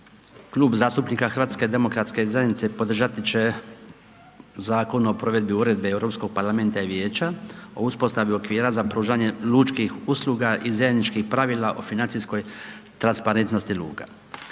Klub zastupnika HDZ-a podržati će Zakon o provedbi uredbe Europskog parlamenta i vijeća o uspostavi okvira za pružanje lučkih usluga i zajedničkih pravila o financijskoj transparentnosti luka.